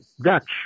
Dutch